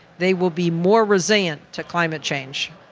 they will be more resilient to climate change.